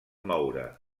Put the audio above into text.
moure